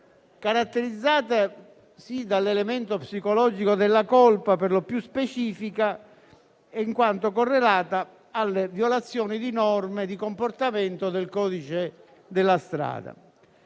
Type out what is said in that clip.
caratterizzate dall'elemento psicologico della colpa per lo più specifica, in quanto correlata alle violazioni di norme di comportamento del codice della strada.